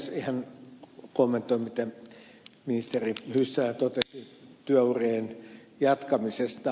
vähän kommentoin mitä ministeri hyssälä totesi työurien jatkamisesta